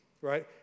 right